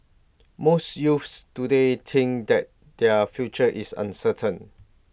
most youths today think that their future is uncertain